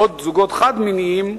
זוגות חד-מיניים,